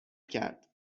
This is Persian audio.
کرد